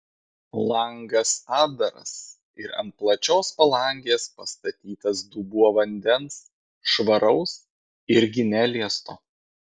langas atdaras ir ant plačios palangės pastatytas dubuo vandens švaraus irgi neliesto